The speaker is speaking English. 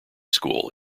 school